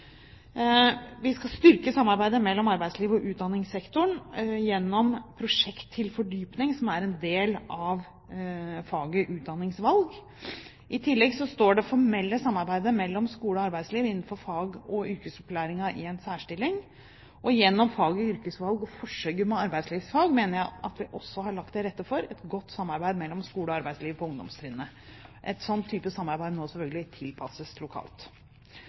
Vi skal styrke samarbeidet mellom arbeidsliv og utdanningssektoren gjennom prosjekt til fordypning, som er en del av faget utdanningsvalg. I tillegg står det formelle samarbeidet mellom skole og arbeidsliv innenfor fag- og yrkesopplæringen i en særstilling. Gjennom faget utdanningsvalg og forsøket med arbeidslivsfag mener jeg at vi også har lagt til rette for et godt samarbeid mellom skole og arbeidsliv på ungdomstrinnet. Et slikt samarbeid må selvfølgelig tilpasses lokalt.